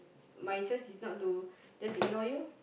my choice is not to just ignore you